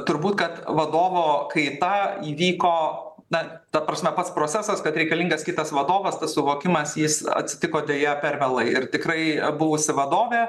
turbūt kad vadovo kaita įvyko na ta prasme pats procesas kad reikalingas kitas vadovas tas suvokimas jis atsitiko deja per vėlai ir tikrai buvusi vadovė